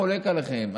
חולק עליכם,